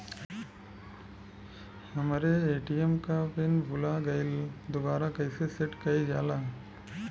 हमरे ए.टी.एम क पिन भूला गईलह दुबारा कईसे सेट कइलजाला?